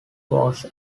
was